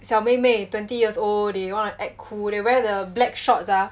小妹妹 twenty years old they wanna act cool they wear the black shorts ah